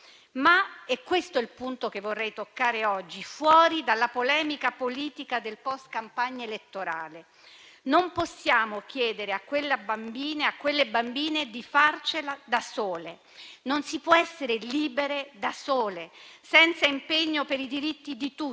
Ma - questo è il punto che vorrei toccare oggi, fuori dalla polemica politica del post-campagna elettorale - non possiamo chiedere a quelle bambine di farcela da sole. Non si può essere libere da sole, senza impegno per i diritti di tutte,